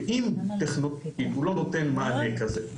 ואם טכנולוגית הוא לא נותן מענה כזה,